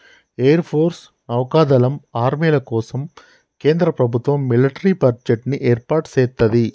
air force, నౌకా దళం, ఆర్మీల కోసం కేంద్ర ప్రభుత్వం మిలిటరీ బడ్జెట్ ని ఏర్పాటు సేత్తది